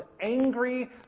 angry